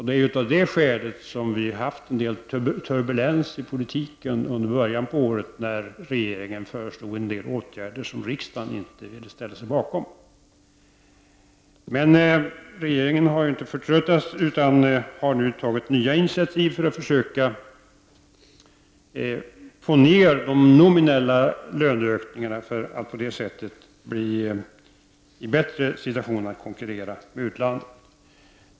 Det är av det skälet vi har haft en del turbulens i politiken under början av året, när regeringen föreslog en del åtgärder som riksdagen inte ville ställa sig bakom. Men regeringen har inte förtröttats. Den har nu tagit nya initiativ för att försöka få ned de nominella löneökningarna och på det sättet komma i en bättre situation för att kunna konkurrera med utlandet.